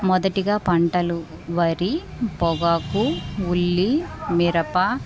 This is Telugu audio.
మొదటిగా పంటలు వరి పొగాకు ఉల్లి మిరప